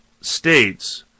states